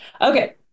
okay